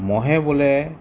মহে বোলে